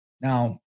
Now